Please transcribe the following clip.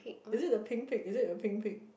is it the Pink Pig is it the Pink Pig